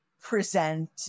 present